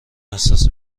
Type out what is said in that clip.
احساس